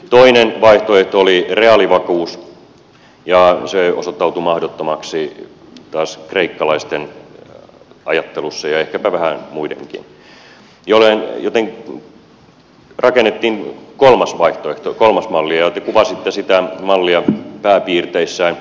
toinen vaihtoehto oli reaalivakuus ja se osoittautui mahdottomaksi taas kreikkalaisten ajattelussa ja ehkäpä vähän muidenkin joten rakennettiin kolmas vaihtoehto kolmas malli ja te kuvasitte sitä mallia pääpiirteissään